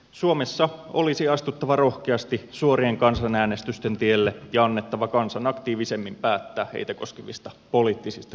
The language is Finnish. suomessa olisi astuttava rohkeasti suorien kansanäänestysten tielle ja annettava kansan aktiivisemmin päättää heitä koskevista poliittisista kysymyksistä